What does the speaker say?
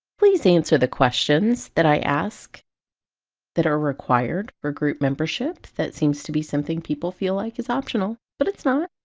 please answer the questions that i asked that are required for group membership that seems to be something people feel like is optional but it's not.